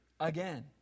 Again